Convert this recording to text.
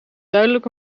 duidelijk